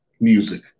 music